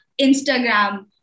instagram